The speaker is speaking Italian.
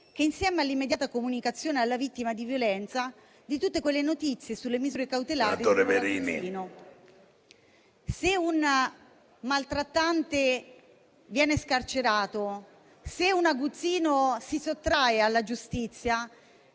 insieme all'immediata comunicazione alla vittima di violenza di tutte quelle notizie sulle misure cautelari. Se un maltrattante viene scarcerato, se un aguzzino si sottrae alla giustizia,